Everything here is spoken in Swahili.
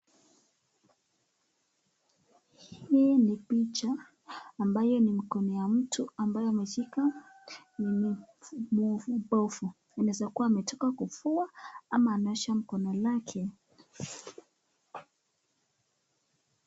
Hii ni picha ambayo ni mkono ya mtu ambaye ameshika nini ubovu inaweza kuwa ametoka kufua ama anaosha mkono lake.